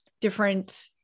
different